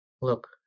Look